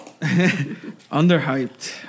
Underhyped